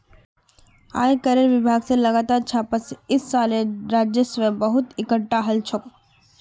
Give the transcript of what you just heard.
आयकरेर विभाग स लगातार छापा स इस सालेर राजस्व बहुत एकटठा हल छोक